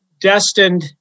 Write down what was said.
destined